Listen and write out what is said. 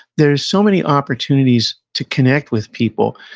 there're so many opportunities to connect with people.